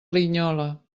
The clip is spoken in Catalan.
linyola